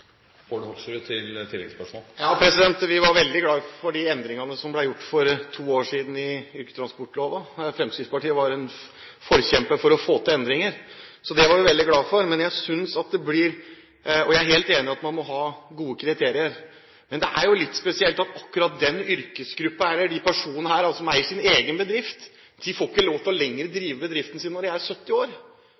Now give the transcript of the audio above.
Vi var veldig glad for de endringene som ble gjort for to år siden i yrkestransportloven. Fremskrittspartiet var en forkjemper for å få til endringer, og jeg er helt enig i at man må ha gode kriterier. Men det er jo litt spesielt at akkurat denne yrkesgruppen, disse personene som eier sin egen bedrift, ikke lenger får lov til å drive bedriften sin når de er 70 år,